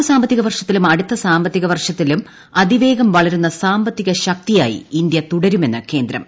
നടപ്പു സാമ്പത്തിക വർഷത്തിലും അടുത്ത സാമ്പത്തിക വർഷത്തിലും അതിവേഗം വളരുന്ന സാമ്പത്തിക ശക്തിയായി ഇന്ത്യ തുടരുമെന്ന് കേന്ദ്രം